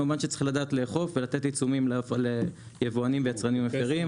כמובן שצריך לדעת לאכוף ולתת עיצומים ליבואנים ויצרנים אחרים.